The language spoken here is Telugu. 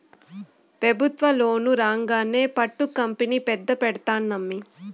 పెబుత్వ లోను రాంగానే పట్టు కంపెనీ పెద్ద పెడ్తానమ్మీ